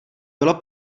bylo